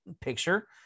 picture